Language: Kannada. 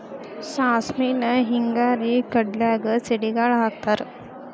ಸಾಸ್ಮಿನ ಹಿಂಗಾರಿ ಕಡ್ಲ್ಯಾಗ ಸಿಡಿಗಾಳ ಹಾಕತಾರ